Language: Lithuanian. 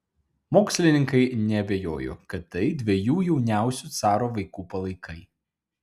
mokslininkai neabejojo kad tai dviejų jauniausių caro vaikų palaikai